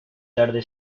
tarde